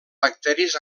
bacteris